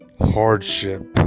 hardship